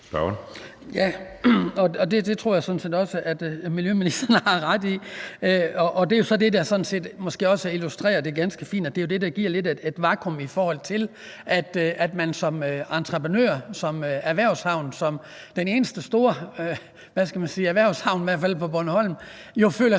jeg sådan set også at miljøministeren har ret i. Det er jo så det, der måske også illustrerer det ganske fint. Det giver lidt et vakuum, i forhold til at man som entreprenør og som erhvervshavn – som den eneste store erhvervshavn, i hvert fald på Bornholm – jo føler sig